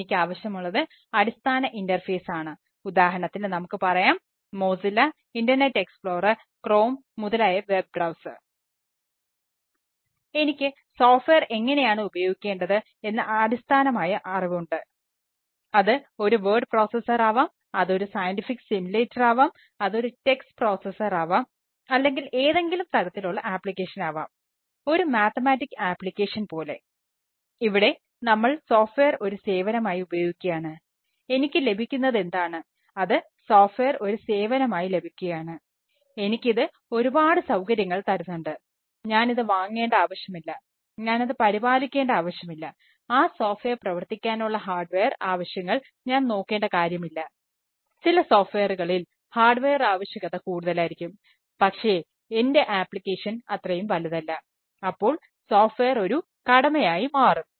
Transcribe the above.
എനിക്ക് സോഫ്റ്റ്വെയർ ഒരു കടമയായി മാറും